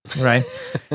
Right